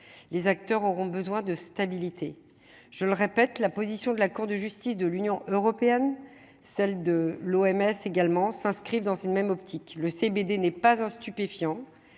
les acteurs auront besoin de stabilité, je le répète, la position de la Cour de justice de l'Union européenne, celle de l'OMS également s'inscrivent dans une même optique le CBD n'est pas un stupéfiant